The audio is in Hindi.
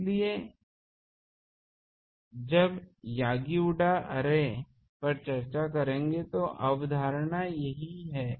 इसलिए जब यागी उड़ा अर्रे पर चर्चा करेंगे तो अवधारणा यह ही है